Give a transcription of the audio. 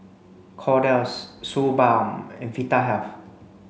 Kordel's Suu balm and Vitahealth